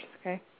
okay